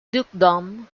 dukedom